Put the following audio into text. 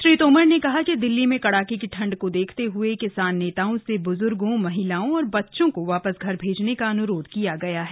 श्री तोमर ने कहा कि दिल्ली में कड़ाके की ठंड को देखते हुए किसान नेताओं से ब्ज्र्गों महिलाओं और बच्चों को वापस घर भेजने का अन्रोध किया गया है